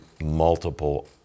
multiple